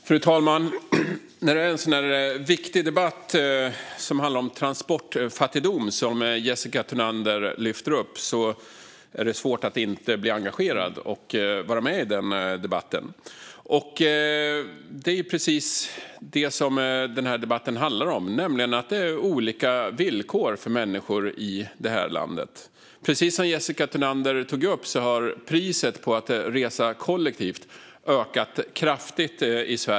Fru talman! I en sådan här viktig debatt om transportfattigdom, som Jessica Thunander lyfter upp, är det svårt att inte bli engagerad och vara med. Det är precis detta denna debatt handlar om: att det är olika villkor för människor i det här landet. Precis som Jessica Thunander tog upp har priset på att resa kollektivt i Sverige ökat kraftigt.